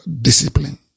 discipline